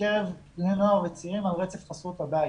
בקרב בני נוער וצעירים על רצף הבית.